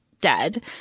dead